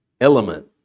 element